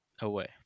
away